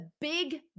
big